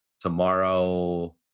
Tomorrow